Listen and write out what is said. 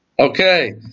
Okay